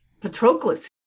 Patroclus